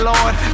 Lord